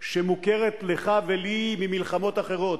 שמוכרת לך ולי ממלחמות אחרות.